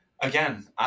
again